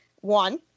one